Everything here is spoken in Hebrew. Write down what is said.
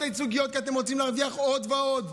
הייצוגיות כי אתם רוצים להרוויח עוד ועוד.